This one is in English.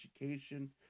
education